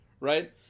right